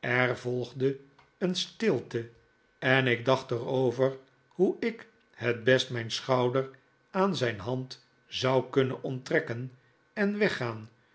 er volgde een stilte en ik dacht er over hoe ik het best mijn schouder aan zijn hand zou kunnen bnttre'kken en weggaan